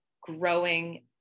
growing